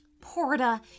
Porta